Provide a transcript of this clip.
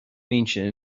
mbinse